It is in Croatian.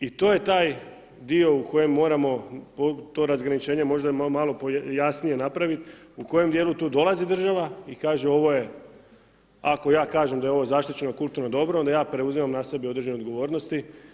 I to je taj dio u kojem moramo to razgraničenje možda je malo jasnije napravit, u kojem dijelu tu dolazi država i kaže ovo je ako ja kažem da je ovo zaštićeno kulturno dobro, onda ja preuzimam na sebe određenu odgovornost.